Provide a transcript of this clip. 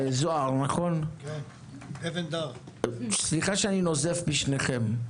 וזהר, סליחה שאני נוזף בשניכם,